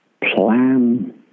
plan